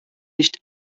nicht